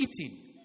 eating